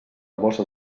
bossa